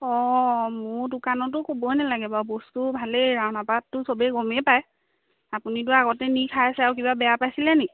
অ মোৰ দোকানতো ক'বই নালাগে বাৰু বস্তু ভালেই ৰাওনাপাততো চবেই গমেই পায় আপুনিটো আগতে নি খাইছে আৰু কিবা বেয়া পাইছিলেনি